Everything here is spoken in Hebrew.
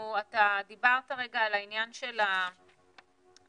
אתה דיברת על העניין של המחזורים,